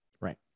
Right